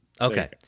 okay